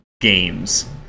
games